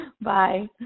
Bye